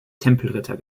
tempelritter